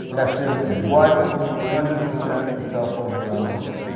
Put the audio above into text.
that's in one hundred percent of cell phones around the world.